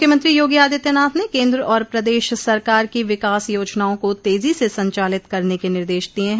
मुख्यमंत्री योगी आदित्यनाथ ने केन्द्र और प्रदेश सरकार की विकास योजनाओं को तेजी से संचालित करने के निर्देश दिये हैं